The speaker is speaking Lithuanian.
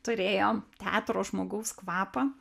turėjo teatro žmogaus kvapą